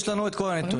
יש לנו את כל הנתונים.